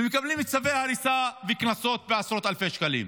ומקבלים צווי הריסה וקנסות בעשרות אלפי שקלים,